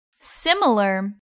Similar